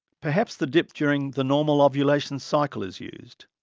perhaps the dip during the normal ovulation cycle is used.